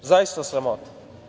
Zaista sramota.